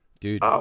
Dude